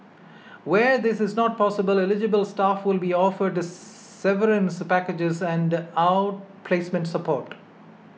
where this is not possible eligible staff will be offered severance packages and outplacement support